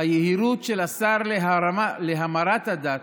היהירות של השר להמרת הדת,